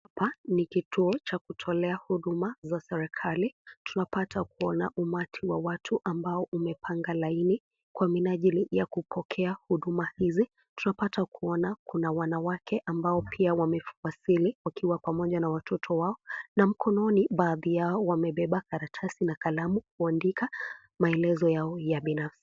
Hapa ni kituo cha kutolea Huduma za serikali. Tunapata kuona umati wa watu ambao umepanga laini kwa minajili ya kupokea Huduma hizi. Tunapata kuona kuna wanawake ambao pia wamewasili wakiwa pamoja na watoto wao na mikononi, baadhi yao wamebeba karatasi na kalamu, kuandika maelezo Yao ya binafsi.